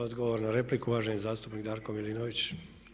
Odgovor na repliku uvaženi zastupnik Darko Milinović.